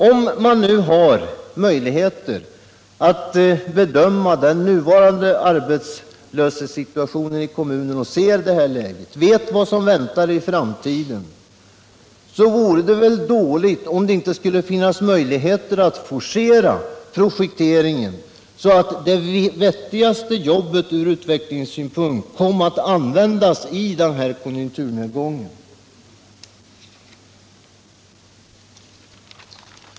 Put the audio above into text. Om man har möjligheter att bedöma den nuvarande arbetslöshetssituationen i kommunen och kan se hur läget är och vet vad som väntar i framtiden, vore det väl dåligt om det inte skulle finnas möjligheter att forcera projekteringen så att det vettigaste jobbet ur utvecklingssynpunkt kunde komma att utföras i konjunkturnedgången!